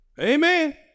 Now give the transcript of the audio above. Amen